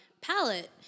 palette